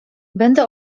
będę